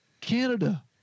Canada